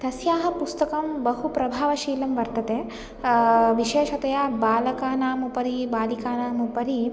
तस्याः पुस्तकं बहु प्रभावशीलं वर्तते विशेषतया बालकानाम् उपरि बालिकानाम् उपरि